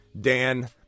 Dan